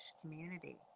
community